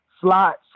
slots